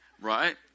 Right